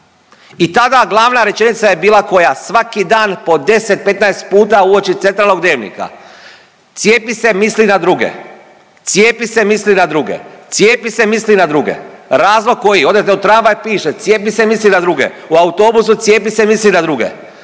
I tada glavna rečenica je bila koja svaki dan po 10, 15 puta uoči centralnog Dnevnika „Cijepi se, misli na druge!“, „Cijepi se, misli na druge!“, „Cijepi se, misli na druge!“ Razlog koji? Odete u tramvaj piše: „Cijepi se, misli na druge!“ U autobusu: „Cijepi se, misli na druge!“